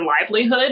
livelihood